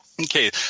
Okay